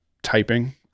typing